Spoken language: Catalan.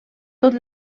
tot